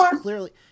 clearly